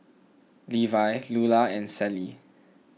Levi Lulla and Celie